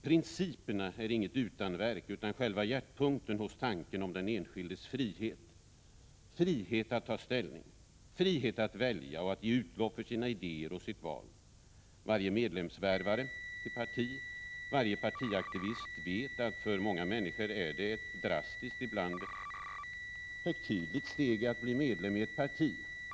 Principerna är inget utanverk utan själva hjärtpunkten hos tanken om den enskildes frihet: frihet att ta ställning, frihet att välja och att ge utlopp för sina idéer och sitt val. Varje medlemsvärvare i ett parti och varje partiaktivist vet att det för många människor är ett drastiskt, ibland högtidligt, steg att bli medlem i ett parti.